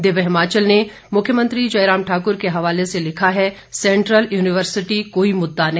दिव्य हिमाचल ने मुख्यमंत्री जयराम ठाकुर के हवाले से लिखा है सेंट्रल यूनिवर्सिटी कोई मुददा नहीं